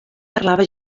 parlava